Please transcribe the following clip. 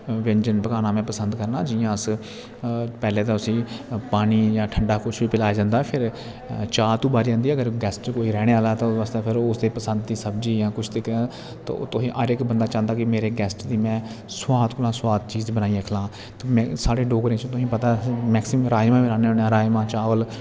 व्यंजन पकाना में पसंद करना जियां अस पैह्ले ते उसी पानी जां ठंडा कुछ बी पलाया जंदा फिर चाह् तु बारी आंदी अगर गैस्ट कोई रौह्ने आह्ला ते ओह्दे आस्तै फिर ओह्दी पसंद दी सब्ज़ी जां कुछ तरीके दा ते तोहें हर इक बंदा चांह्दा कि मेरे गैस्ट दी में सुआद कोला सुआद चीज़ बनाइयै खलांऽ ते मैं साढ़े डोगरें च तुसेंगी पता कि अस मैक्सिमम राज़मा बनाने होन्ने आं राज़मा चावल